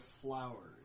flowers